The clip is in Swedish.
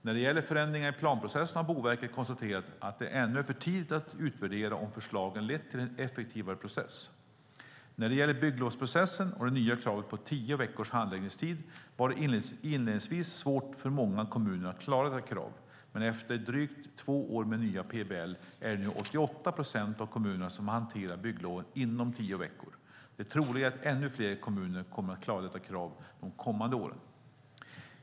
När det gäller förändringarna i planprocessen har Boverket konstaterat att det ännu är för tidigt att utvärdera om förslagen lett till en effektivare process. När det gäller bygglovsprocessen och det nya kravet på tio veckors handläggningstid var det inledningsvis svårt för många kommuner att klara detta krav, men efter drygt två år med nya PBL är det nu 88 procent av kommunerna som hanterar byggloven inom tio veckor. Det troliga är att ännu fler kommuner kommer att klara detta krav de kommande åren.